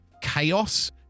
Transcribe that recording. chaos